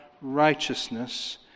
righteousness